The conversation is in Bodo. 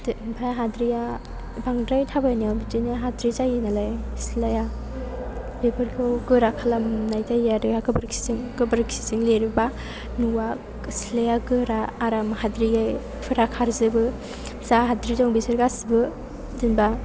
ओमफ्राय हाद्रिआ बांद्राय थाबायनायाव बिदिनो हाद्रि जायो नालाय सिथलाया बेफोरखौ गोरा खालामनाय जायो आरो गोबोरखिजों गोबोरखिजों लिरोबा न'आ सिथलाया गोरा आराम हाद्रिफोरा खारजोबो जा हाद्रि दं बिसोर गासिबो जेनेबा